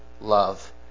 love